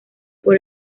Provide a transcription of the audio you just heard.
por